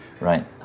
Right